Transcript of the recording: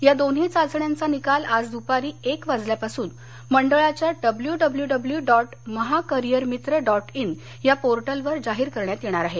या दोन्ही चाचण्यांचा निकाल आज दूपारी एक वाजल्यापासून मंडळाच्या W W W dot Mahacareermitra dot in या पोर्टल वर जाहीर करण्यात येणार आहे